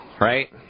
right